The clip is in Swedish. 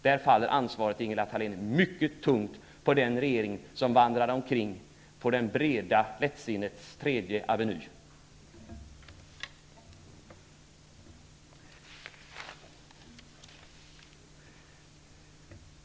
Där faller ansvaret, Ingela Thalén, mycket tungt på den regering som vandrade omkring på lättsinnets breda tredje aveny.